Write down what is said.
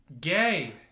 Gay